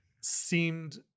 seemed